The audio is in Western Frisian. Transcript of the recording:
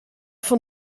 fan